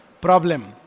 problem